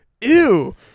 ew